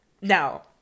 Now